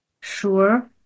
Sure